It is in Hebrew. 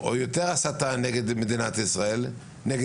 יותר הסתה נגד יהודים,